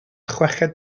chweched